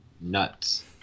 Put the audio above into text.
nuts